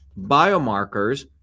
biomarkers